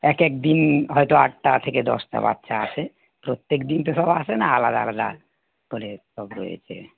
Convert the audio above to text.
এক এক দিন হয়তো আটটা থেকে দশটা বাচ্চা আসে প্রত্যেক দিন তো সব আসে না আলাদা আলাদা করে সব রয়েছে